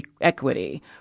Equity